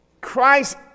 Christ